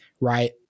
right